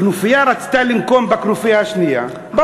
כנופיה רצתה לנקום בכנופיה השנייה ברחוב הראשי.